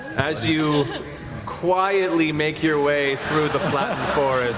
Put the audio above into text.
as you quietly make your way through the flattened forest,